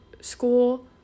school